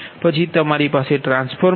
પછી તમારી પાસે ટ્રાન્સફોર્મર છે